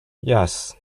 yes